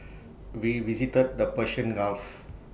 we visited the Persian gulf